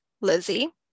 lizzie